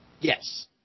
Yes